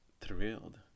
thrilled